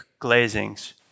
glazings